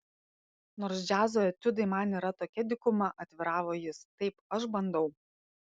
nors džiazo etiudai man yra tokia dykuma atviravo jis taip aš bandau